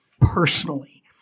personally